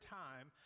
time